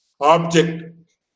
object